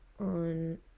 on